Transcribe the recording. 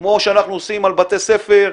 כמו שאנחנו עושים על בתי ספר,